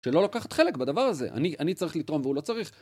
שלא לוקחת חלק בדבר הזה. אני צריך לתרום והוא לא צריך?